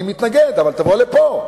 אני מתנגד, אבל תבוא לפה.